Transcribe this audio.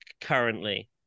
currently